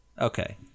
Okay